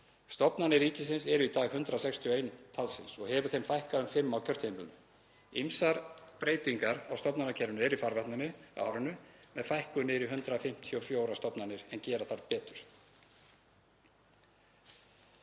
Stofnanir ríkisins eru í dag 161 talsins og hefur þeim fækkað um fimm á kjörtímabilinu. Ýmsar breytingar á stofnanakerfinu eru í farvatninu á árinu með fækkun niður í 154 stofnanir, en gera þarf betur.